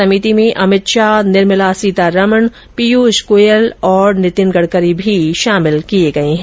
समिति में अमित शाह निर्मला सीतारामन पीयूष गोयल और नितिन गडकरी भी शामिल है